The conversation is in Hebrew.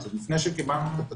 עוד לפני שקיבלנו את התקציב.